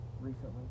recently